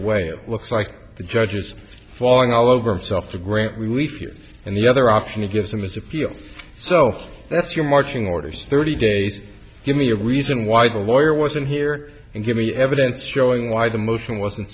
away it looks like the judge is falling all over himself to grant relief and the other option he gives them is appeal so that's your marching orders thirty days give me a reason why the lawyer wasn't here and give me evidence showing why the motion wasn't